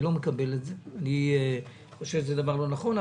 אני לא מקבל את זה, ואני חושב שזה דבר לא נכון.